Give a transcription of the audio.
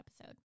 episode